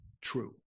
true